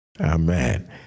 Amen